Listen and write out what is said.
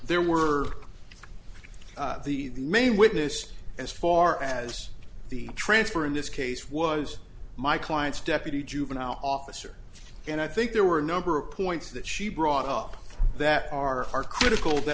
there were the main witness as far as the transfer in this case was my client's deputy juvenile officer and i think there were a number of points that she brought up that are critical that